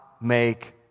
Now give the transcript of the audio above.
make